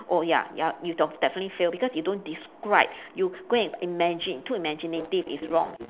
oh ya ya you d~ definitely fail because you don't describe you go and imagine too imaginative it's wrong